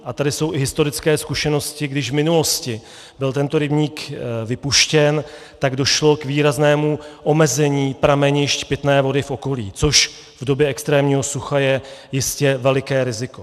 A tady jsou i historické zkušenosti když v minulosti byl tento rybník vypuštěn, tak došlo k výraznému omezení pramenišť pitné vody v okolí, což v době extrémního sucha je jistě veliké riziko.